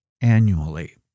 annually